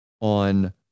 on